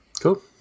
Cool